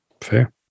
Fair